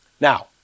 Now